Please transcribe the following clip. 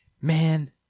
man